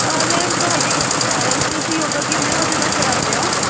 ma'am ਤੁਹਾਡੀ ਤੁਸੀਂ ਯੋਗਾ ਕਿੰਨੇ ਵਜੇ ਤੱਕ ਕਰਵਾਉਂਦੇ ਹੋ